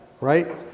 right